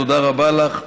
תודה רבה לך,